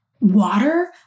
water